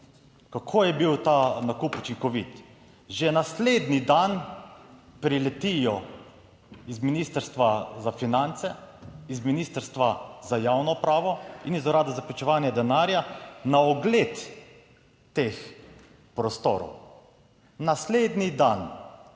kako je bil ta nakup učinkovit. Že naslednji dan priletijo iz Ministrstva za finance, iz Ministrstva za javno upravo in iz Urada za preprečevanje denarja na ogled teh prostorov. Naslednji dan.